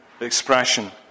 expression